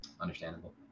Understandable